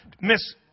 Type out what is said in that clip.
Miss